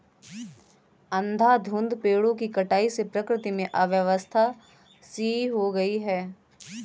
अंधाधुंध पेड़ों की कटाई से प्रकृति में अव्यवस्था सी हो गई है